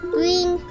Green